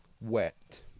wet